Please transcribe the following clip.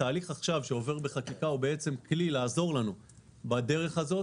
התהליך שעובר עכשיו בחקיקה הוא כלי לעזור לנו בדרך הזאת,